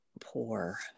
poor